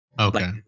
Okay